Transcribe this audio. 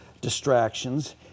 distractions